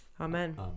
amen